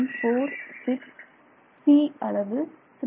46 c அளவு 3